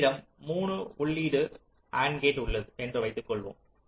என்னிடம் 3 உள்ளீடு and gate உள்ளது என்று வைத்துக்கொள்வோம்